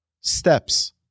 steps